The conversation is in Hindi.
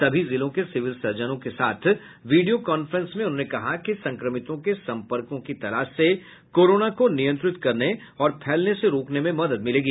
सभी जिलों के सिविल सर्जनों के साथ वीडियो कांफ्रेंस में उन्होंने कहा कि संक्रमितों के सम्पर्कों की तलाश से कोरोना को नियंत्रित करने और फैलने से रोकने में मदद मिलेगी